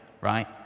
right